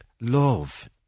love